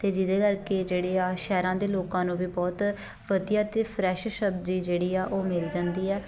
ਅਤੇ ਜਿਹਦੇ ਕਰਕੇ ਜਿਹੜੇ ਆ ਸ਼ਹਿਰਾਂ ਦੇ ਲੋਕਾਂ ਨੂੰ ਵੀ ਬਹੁਤ ਵਧੀਆ ਅਤੇ ਫਰੈਸ਼ ਸਬਜ਼ੀ ਜਿਹੜੀ ਆ ਉਹ ਮਿਲ ਜਾਂਦੀ ਆ